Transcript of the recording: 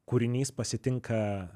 kūrinys pasitinka